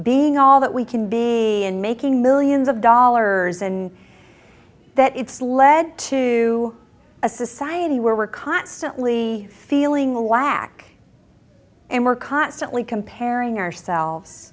being all that we can be and making millions of dollars and that it's led to a society where we're constantly feeling the lack and we're constantly comparing ourselves